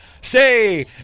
say